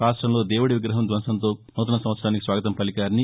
రాష్టంలో దేపుడి విగ్రహం ధ్వంసంతో సూతన సంవత్సరానికి స్వాగతం పలికారని